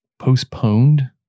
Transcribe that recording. Postponed